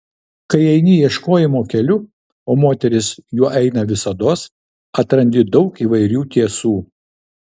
kai eini ieškojimo keliu o moteris juo eina visados atrandi daug įvairių tiesų